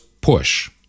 push